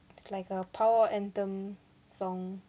it's like a power anthem song